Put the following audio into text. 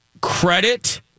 credit